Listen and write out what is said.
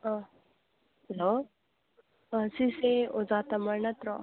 ꯑꯥ hello ꯁꯤꯁꯦ ꯑꯣꯖꯥ ꯇꯃꯔ ꯅꯠꯇ꯭ꯔꯣ